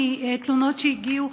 מתלונות שהגיעו,